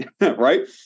Right